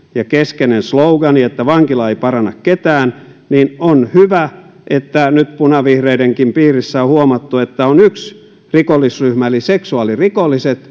ja keskeinen slogan on ollut se että vankila ei paranna ketään niin on hyvä että nyt punavihreidenkin piirissä on huomattu että on yksi rikollisryhmä eli seksuaalirikolliset